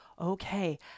okay